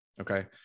Okay